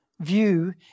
view